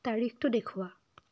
তাৰিখটো দেখুওৱা